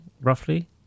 roughly